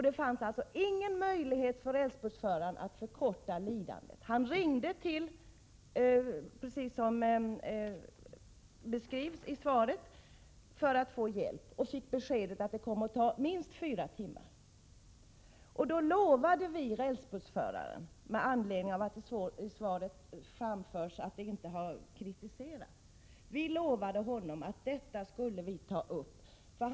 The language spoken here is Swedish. Det fanns ingen möjlighet för rälsbussföraren att förkorta djurets lidande. Han kontaktade polisen via trafikledningen, precis som det beskrivs i svaret, för att få hjälp. Han fick då beskedet att det skulle komma att ta minst fyra timmar. Det står i svaret att någon kritik mot nu gällande ordning inte har framförts från berörda parter. Men vi lovade vid detta tillfälle rälsbussföraren att vi skulle ta upp detta.